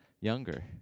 younger